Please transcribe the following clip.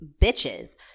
bitches